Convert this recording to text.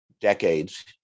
decades